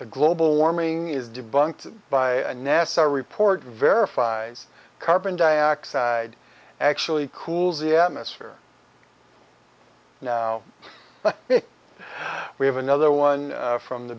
global warming is debunked by a nasa report verifies carbon dioxide actually cools the atmosphere now we have another one from the